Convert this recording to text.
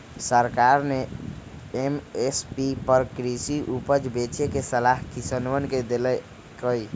सरकार ने एम.एस.पी पर कृषि उपज बेचे के सलाह किसनवन के देल कई